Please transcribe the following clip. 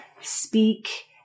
speak